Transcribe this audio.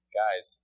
guys